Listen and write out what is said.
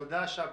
תודה, שבתאי.